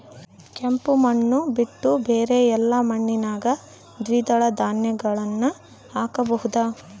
ಕೆಂಪು ಮಣ್ಣು ಬಿಟ್ಟು ಬೇರೆ ಎಲ್ಲಾ ಮಣ್ಣಿನಾಗ ದ್ವಿದಳ ಧಾನ್ಯಗಳನ್ನ ಹಾಕಬಹುದಾ?